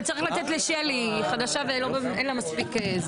אבל צריך לתת לשלי, היא חדשה ואין לה מספיק.